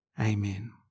Amen